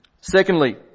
Secondly